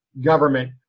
government